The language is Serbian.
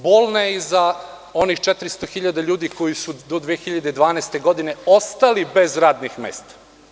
Bolna je i za onih 400 hiljada ljudi koji su do 2012. godine ostali bez radnih mesta.